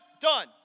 done